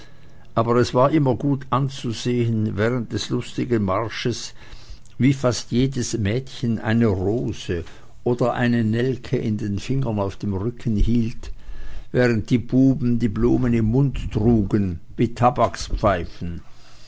aber es war immer gut anzusehen während des lustigen marsches wie fast jedes mädchen eine rose oder eine nelke in den fingern auf dem rücken hielt während die buben die blumen im munde trugen wie